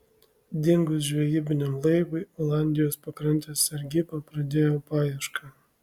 dingus žvejybiniam laivui olandijos pakrantės sargyba pradėjo paiešką